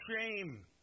shame